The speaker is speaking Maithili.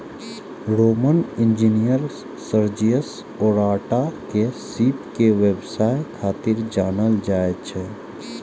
रोमन इंजीनियर सर्जियस ओराटा के सीप के व्यवसाय खातिर जानल जाइ छै